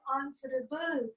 answerable